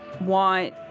want